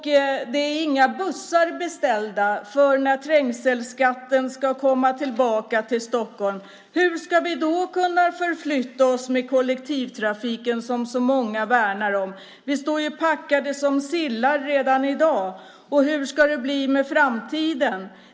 Inga bussar är beställda inför att trängselskatten ska komma tillbaka till Stockholm. Hur ska vi då kunna förflytta oss med kollektivtrafiken som så många värnar om? Vi står ju packade som sillar redan i dag! Hur ska det bli i framtiden?